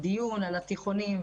דיון על התיכונים,